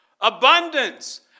abundance